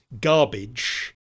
garbage